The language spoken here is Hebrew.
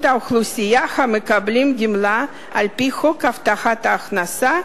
האוכלוסייה המקבלות גמלה על-פי חוק הבטחת הכנסה,